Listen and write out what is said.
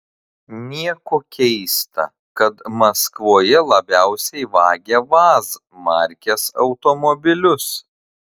nieko keista kad maskvoje labiausiai vagia vaz markės automobilius